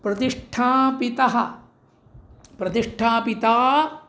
प्रतिष्ठापिता प्रतिष्ठापिता